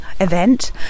event